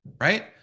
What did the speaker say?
right